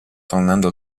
tornando